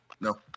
no